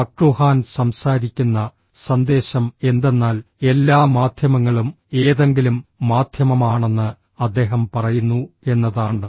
McLuhan സംസാരിക്കുന്ന സന്ദേശം എന്തെന്നാൽ എല്ലാ മാധ്യമങ്ങളും ഏതെങ്കിലും മാധ്യമമാണെന്ന് അദ്ദേഹം പറയുന്നു എന്നതാണ്